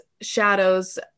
shadows